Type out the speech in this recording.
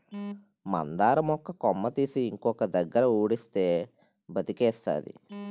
మందార మొక్క కొమ్మ తీసి ఇంకొక దగ్గర ఉడిస్తే బతికేస్తాది